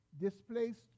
displaced